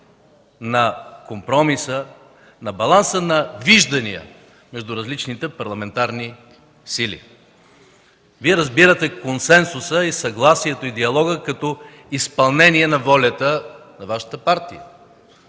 на компромиса, на баланса на виждания между различните парламентарни сили. Вие разбирате консенсуса и диалога като изпълнение на волята на Вашата партия.